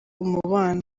umubano